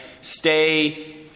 Stay